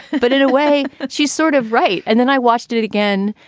but in a way, she's sort of right. and then i watched it it again.